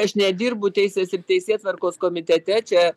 aš nedirbu teisės ir teisėtvarkos komitete čia